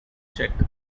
check